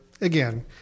again